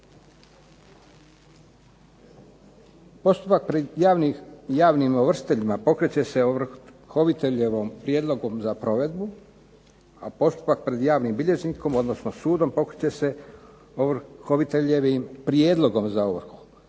postupak pred javnim ovršiteljima pokreće se ovrhoviteljevom prijedlogom za provedbu, a postupak pred javnim bilježnikom, odnosno sudom pokreće se ovrhoviteljevim prijedlogom da ovrhom.